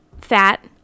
fat